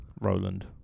Roland